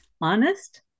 honest